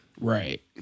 Right